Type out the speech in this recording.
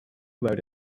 about